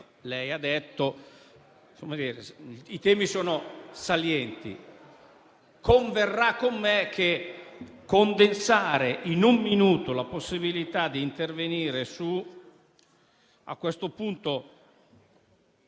lei ha detto, i temi sono salienti. Converrà con me che condensare in un minuto la possibilità di intervenire a questo punto